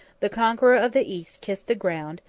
the conqueror of the east kissed the ground,